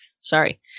Sorry